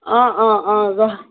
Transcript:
অ অ অ অ